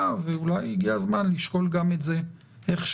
ואולי הגיע הזמן לשקול גם את זה איכשהו.